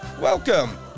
Welcome